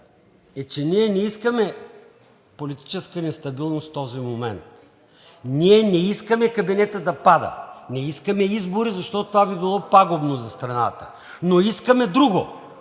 е, че ние не искаме политическа нестабилност в този момент. Ние не искаме кабинетът да пада, не искаме избори, защото това би било пагубно за страната. Но искаме друго